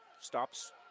Stops